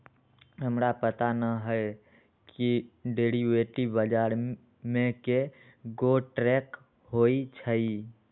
हमरा पता न हए कि डेरिवेटिव बजार में कै गो ट्रेड होई छई